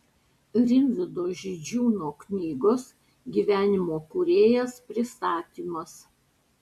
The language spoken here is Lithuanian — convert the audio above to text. rimvydo židžiūno knygos gyvenimo kūrėjas pristatymas